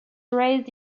raised